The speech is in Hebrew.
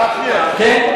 גפני, כן.